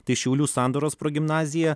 tai šiaulių sandoros progimnazija